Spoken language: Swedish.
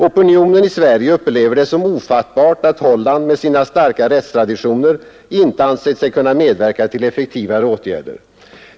Opinionen i Sverige upplever det som ofattbart att Holland med sina starka rättstraditioner inte ansett sig kunna medverka till effektivare åtgärder.